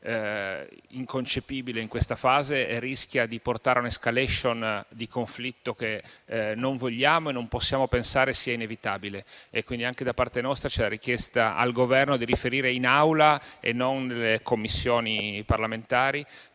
inconcepibile in questa fase, rischia di portare a un'*escalation* del conflitto, che non vogliamo e non possiamo pensare sia inevitabile. Anche da parte nostra, quindi, c'è la richiesta al Governo di riferire in Aula e non nelle Commissioni parlamentari,